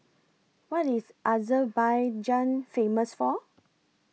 What IS Azerbaijan Famous For